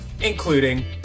including